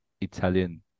Italian